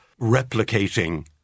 replicating